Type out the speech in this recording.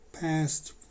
Past